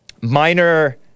Minor